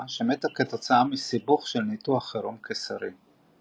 שמתה כתוצאה מסיבוך של ניתוח חירום קיסרי.